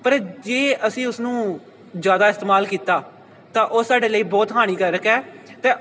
ਪਰ ਜੇ ਅਸੀਂ ਉਸ ਨੂੰ ਜ਼ਿਆਦਾ ਇਸਤੇਮਾਲ ਕੀਤਾ ਤਾਂ ਉਹ ਸਾਡੇ ਲਈ ਬਹੁਤ ਹਾਨੀਕਾਰਕ ਹੈ ਅਤੇ